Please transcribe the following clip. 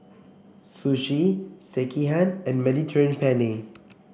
Sushi Sekihan and Mediterranean Penne